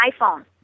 iPhone